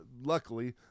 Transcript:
Luckily